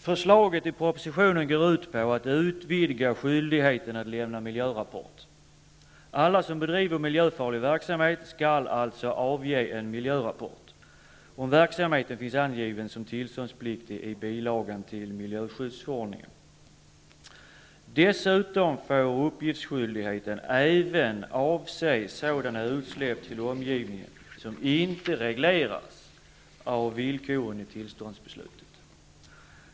Herr talman! Förslaget i proposition 137 går ut på att utvidga skyldigheten att lämna miljörapport. Alla som bedriver miljöfarlig verksamhet skall alltså avge en miljörapport om verksamheten finns angiven som tillståndspliktig i bilagan till miljöskyddsförordningen. Dessutom får uppgiftsskyldigheten även avse sådana utsläpp till omgivningen som inte regleras av villkoren i tillståndsbeslutet.